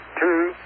Two